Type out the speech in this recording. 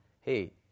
hey